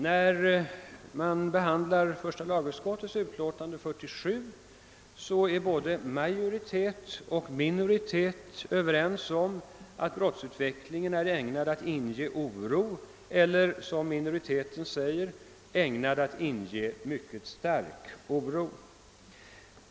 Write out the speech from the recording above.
När man behandlar första lagutskottets utlåtande nr 47 är både majoritet och minoritet överens om att brottsutvecklingen är ägnad att inge oro eller, som minoriteten säger, >ägnad att inge mycket stark oro».